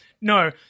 no